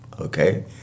Okay